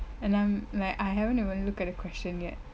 and I'm like I haven't even looked at the question yet